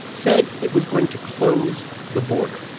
said it was going to close the border.